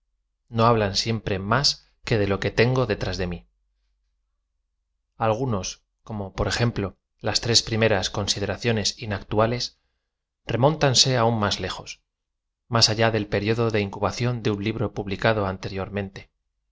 no hablan siem pre más que de lo que tengo detrás de mi algunos como por ejemplo las trec primeras consideraciowi inactuale remóntanse aún más lejos más a llá del pe riodo de incubación de un libro publicado anterior